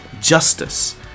justice